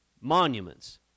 monuments